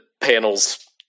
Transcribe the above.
panels